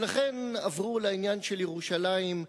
ולכן עברו לעניין של ירושלים.